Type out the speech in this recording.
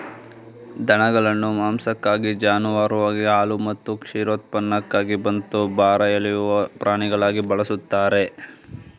ದನಗಳನ್ನು ಮಾಂಸಕ್ಕಾಗಿ ಜಾನುವಾರುವಾಗಿ ಹಾಲು ಮತ್ತು ಕ್ಷೀರೋತ್ಪನ್ನಕ್ಕಾಗಿ ಮತ್ತು ಭಾರ ಎಳೆಯುವ ಪ್ರಾಣಿಗಳಾಗಿ ಬಳಸ್ತಾರೆ